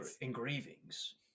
engravings